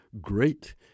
great